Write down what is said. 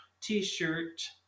t-shirt